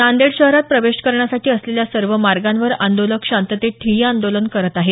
नांदेड शहरात प्रवेश करण्यासाठी असलेल्या सर्व मार्गावर आंदोलक शांततेत ठिय्या आंदोलन करत आहेत